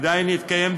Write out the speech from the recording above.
עדיין יתקיים דיון,